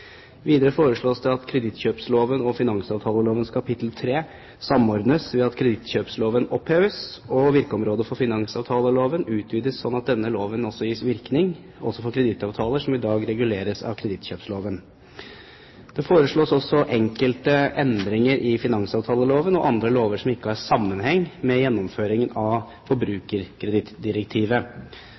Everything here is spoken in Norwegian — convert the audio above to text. Videre foreslås det at kredittkjøpsloven og finansavtaleloven kapittel 3 samordnes ved at kredittkjøpsloven oppheves og virkeområdet for finansavtaleloven utvides, slik at denne loven gis virkning også for kredittavtaler som i dag reguleres av kredittkjøpsloven. Det foreslås også enkelte endringer i finansavtaleloven og andre lover som ikke har sammenheng med gjennomføringen av forbrukerkredittdirektivet.